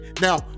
Now